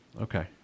Okay